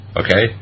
okay